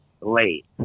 late